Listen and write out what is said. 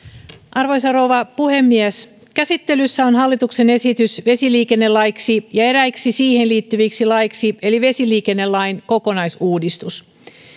arvoisa rouva puhemies käsittelyssä on hallituksen esitys vesiliikennelaiksi ja eräiksi siihen liittyviksi laeiksi eli vesiliikennelain kokonaisuudistus